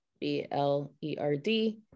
b-l-e-r-d